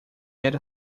era